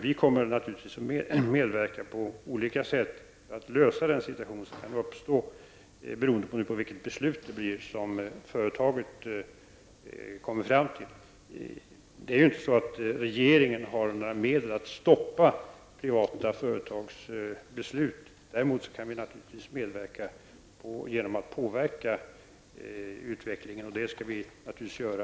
Vi kommer naturligtvis att på olika sätt medverka till att man kommer till rätta med den situation som kan uppstå beroende på vilket beslut som företaget kommer att fatta. Vi i regeringen har inte några medel för att stoppa privata företagsbeslut. Däremot kan vi naturligtvis medverka genom att påverka utvecklingen, och det skall vi naturligtvis göra.